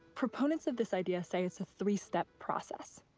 proponents of this idea say it's a three-step process.